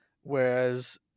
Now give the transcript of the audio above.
Whereas